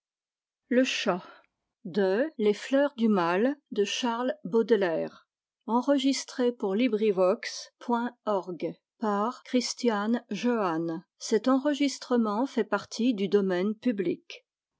vo lontaire les fleurs du mal ne